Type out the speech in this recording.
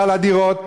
על הדירות,